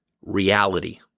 reality